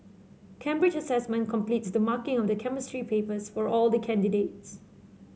Cambridge Assessment completes the marking of the Chemistry papers for all the candidates